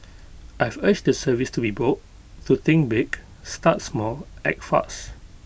I've urged the service to be bold to think big start small act fast